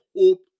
hope